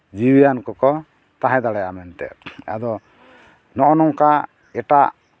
ᱡᱤᱣᱤᱣᱟᱱ ᱠᱚᱠᱚ ᱛᱟᱦᱮᱸ ᱫᱟᱲᱮᱭᱟᱜᱼᱟ ᱢᱮᱱᱛᱮ ᱟᱫᱚ ᱱᱚᱜᱼᱚ ᱱᱚᱝᱠᱟ ᱮᱴᱟᱜ